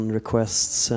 requests